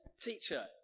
teacher